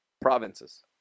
provinces